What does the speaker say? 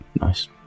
Nice